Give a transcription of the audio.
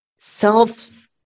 self